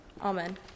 Amen